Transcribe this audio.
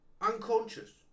unconscious